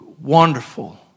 wonderful